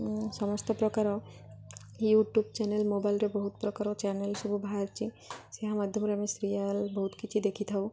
ସମସ୍ତ ପ୍ରକାର YouTube channel ମୋବାଇଲ୍ରେ ବହୁତ ପ୍ରକାର ଚ୍ୟାନେଲ୍ ସବୁ ବାହାରିଛି ସେ ମାଧ୍ୟମରେ ଆମେ ସିରିଏଲ୍ ବହୁତ କିଛି ଦେଖି ଥାଉ